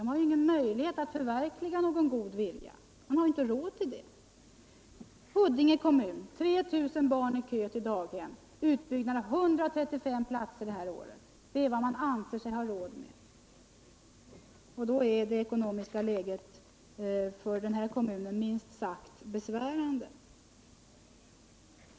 De har ingen möjlighet att förverkliga någon god vilja, de har inte råd till det. I Huddinge står 3 000 barn i kö till daghem, och utbyggnaden i år blir 135 daghemsplatser. Det är vad man anser sig ha råd med. Det ekonomiska läget för den här kommunen är minst sagt besvärande.